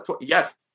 yes